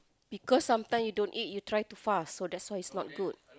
because sometime you don't eat you try to fast so that's why it's not good